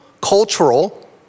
cultural